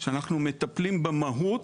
שאנחנו מטפלים במהות.